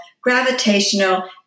gravitational